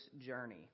journey